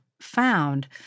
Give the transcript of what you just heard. found